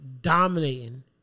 Dominating